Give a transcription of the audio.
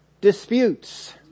disputes